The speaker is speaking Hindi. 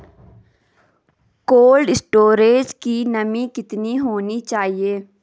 कोल्ड स्टोरेज की नमी कितनी होनी चाहिए?